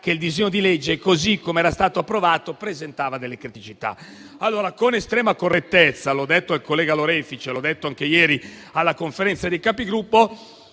che il disegno di legge, così come era stato approvato, presentava delle criticità. Con estrema correttezza ho detto al collega Lorefice e ho ribadito anche ieri in Conferenza dei Capigruppo